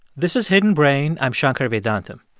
this is hidden brain. i'm shankar vedantam.